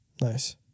Nice